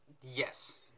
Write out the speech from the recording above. Yes